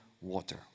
water